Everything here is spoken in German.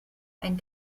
ein